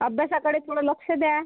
अभ्यासाकडे थोडं लक्ष द्या